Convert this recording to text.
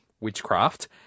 witchcraft